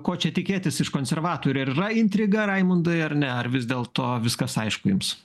ko čia tikėtis iš konservatorių ar yra intriga raimundai ar ne ar vis dėl to viskas aišku jums